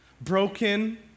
broken